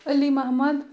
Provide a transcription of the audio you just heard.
Ali Mohammad